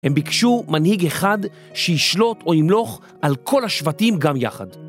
הם ביקשו מנהיג אחד שישלוט או ימלוך על כל השבטים גם יחד.